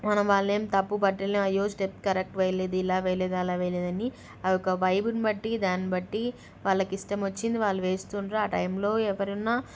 మనం వాళ్ళను ఏమి తప్పు పట్టలేము అయ్యో స్టెప్ కరెక్ట్ వేయలేేదు ఇలా వేయలేేదు అలా వెేయలేేదని ఆ యొక్క వైబుని బట్టి దాన్ని బట్టి వాళ్ళకి ఇష్టం వచ్చింది వాళ్ళు వేస్తున్నారు ఆ టైంలో ఎవరున్నా